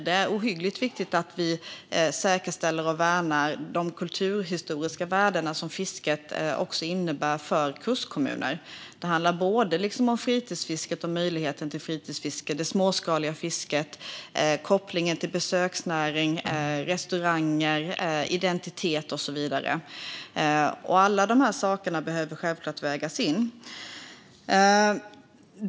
Det är ohyggligt viktigt att vi säkerställer och värnar också de kulturhistoriska värden som fisket innebär för kustkommuner. Det handlar såväl om möjligheten till fritidsfiske och det småskaliga fisket som om kopplingen till besöksnäring, restauranger, identitet och så vidare. Alla dessa saker behöver självklart vägas in.